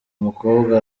mukobwa